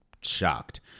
shocked